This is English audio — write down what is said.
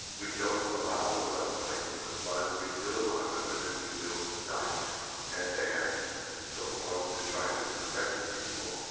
we don't allow the floodplains to flood, we build on them, and then and we build dykes and dams and so forth, to try to protect the people.